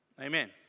Amen